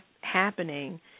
happening